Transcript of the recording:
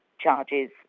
charges